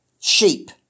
sheep